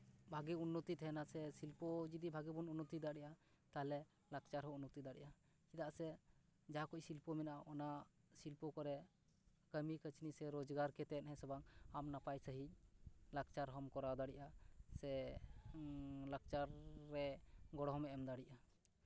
ᱵᱷᱟᱜᱮ ᱩᱱᱱᱚᱛᱤ ᱛᱟᱦᱮᱱᱟ ᱥᱮ ᱥᱤᱞᱯᱚ ᱡᱚᱫᱤ ᱵᱷᱟᱜᱮ ᱵᱚᱱ ᱩᱱᱱᱚᱛᱤ ᱫᱟᱲᱮᱜᱼᱟ ᱛᱟᱦᱞᱮ ᱞᱟᱠᱪᱟᱨ ᱦᱚᱸ ᱩᱱᱱᱚᱛᱤ ᱫᱟᱲᱮᱜᱼᱟ ᱪᱮᱫᱟᱜ ᱥᱮ ᱡᱟᱦᱟᱸ ᱠᱚ ᱥᱤᱞᱯᱚ ᱢᱮᱱᱟᱜᱼᱟ ᱚᱱᱟ ᱥᱤᱞᱯᱚ ᱠᱚᱨᱮᱫ ᱠᱟᱹᱢᱤ ᱠᱟᱹᱥᱱᱤ ᱥᱮ ᱨᱳᱡᱽᱜᱟᱨ ᱠᱟᱛᱮᱫ ᱦᱮᱸ ᱥᱮ ᱵᱟᱝ ᱟᱢ ᱱᱟᱯᱟᱭ ᱥᱟᱺᱦᱤᱡ ᱞᱟᱠᱪᱟᱨ ᱦᱚᱸᱢ ᱠᱚᱨᱟᱣ ᱫᱟᱲᱮᱭᱟᱜᱼᱟ ᱥᱮ ᱞᱟᱠᱪᱟᱨ ᱨᱮ ᱜᱚᱲᱚ ᱦᱚᱸᱢ ᱮᱢ ᱫᱟᱲᱮᱭᱟᱜᱼᱟ